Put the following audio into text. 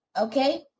Okay